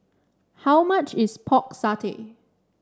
how much is Pork Satay